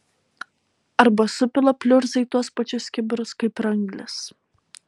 arba supila pliurzą į tuos pačius kibirus kaip ir anglis